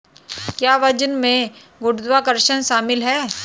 क्या वजन में गुरुत्वाकर्षण शामिल है?